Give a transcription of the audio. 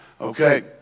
Okay